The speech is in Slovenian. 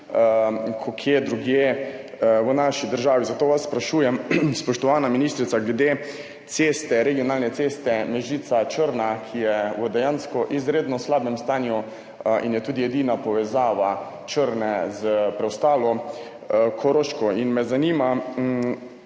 kot kje drugje v naši državi. Zato vas sprašujem, spoštovana ministrica, glede regionalne ceste Mežica–Črna, ki je dejansko v izredno slabem stanju in je tudi edina povezava Črne s preostalo Koroško. Zanima